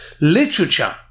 literature